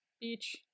Beach